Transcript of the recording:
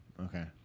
Okay